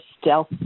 stealth